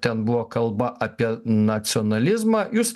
ten buvo kalba apie nacionalizmą jūs